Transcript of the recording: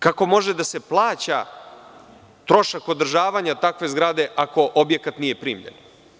Kako može da se plaća trošak održavanja takve zgrade ako objekat nije primljen?